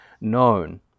known